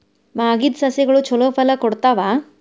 ಮಾಗಿದ್ ಸಸ್ಯಗಳು ಛಲೋ ಫಲ ಕೊಡ್ತಾವಾ?